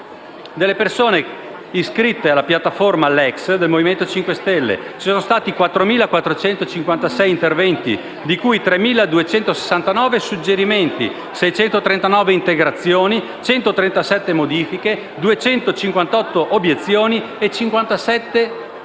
delle persone iscritte alla piattaforma LEX del Movimento 5 Stelle. Ci sono stati 4.456 interventi, di cui 3.269 erano i suggerimenti, 639 le integrazioni, 137 le modifiche, 258 le obiezioni e 57 i vizi